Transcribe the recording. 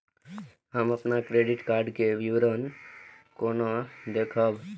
हम अपन credit card के विवरण केना देखब?